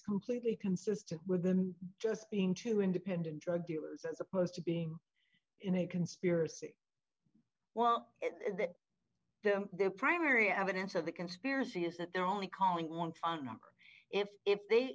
completely consistent with just being two independent drug dealers as opposed to being in a conspiracy well that their primary evidence of the conspiracy is that they're only calling one phone number if if they